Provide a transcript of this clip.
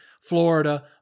Florida